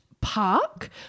Park